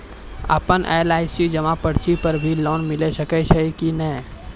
आपन एल.आई.सी जमा पर्ची पर भी लोन मिलै छै कि नै?